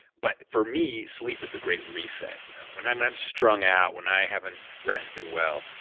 but for me, sleep is the great reset you know when i'm when i'm strung out, when i haven't rested well,